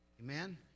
Amen